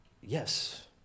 Yes